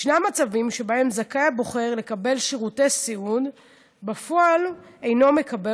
ישנם מצבים שבהם הבוחר זכאי לקבל שירותי סיעוד ובפועל אינו מקבל